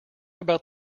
about